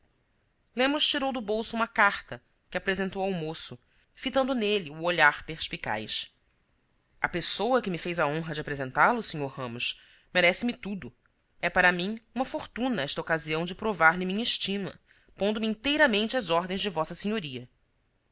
lemos tirou do bolso uma carta que apresentou ao moço fitando nele o olhar perspicaz a pessoa que me fez a honra de apresentá-lo sr ra mos merece me tudo é para mim uma fortuna esta ocasião de provar lhe minha estima pondo me inteiramente às ordens de